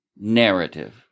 narrative